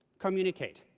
communicate.